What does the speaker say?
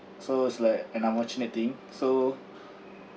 so it's like an unfortunate thing so